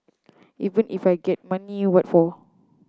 even if we get money what for